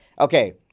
Okay